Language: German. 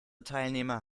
teilnehmer